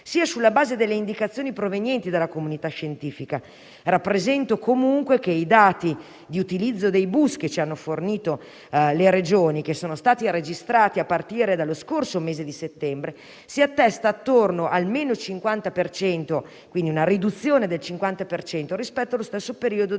sia sulla base delle indicazioni provenienti dalla comunità scientifica. Rappresento, comunque, che i dati di utilizzo dei bus che ci hanno fornito le Regioni, che sono stati registrati a partire dallo scorso mese di settembre, si attestano attorno a meno 50 per cento (con una riduzione, quindi, del 50 per cento) rispetto allo stesso periodo del 2019,